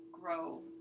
grow